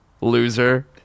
Loser